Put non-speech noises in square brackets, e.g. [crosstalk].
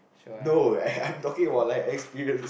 no I [laughs] I'm talking about like experience